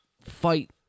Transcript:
fight